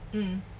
mm